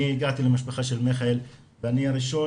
אני הגעתי למשפחה של מיכאל ואני הראשון